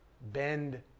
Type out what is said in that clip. bend